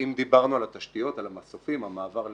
אם דיברנו על התשתיות, על המסופים, המעבר ל-EMV,